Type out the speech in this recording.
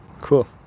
Cool